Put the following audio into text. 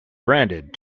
branded